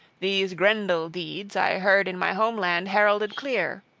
these grendel-deeds i heard in my home-land heralded clear.